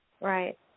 right